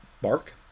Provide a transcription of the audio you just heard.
Bark